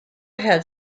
had